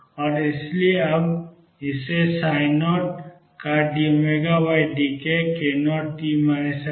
और इसलिए अब इसे 0का dωdkk0t x के रूप में दिया गया है